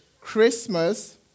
Christmas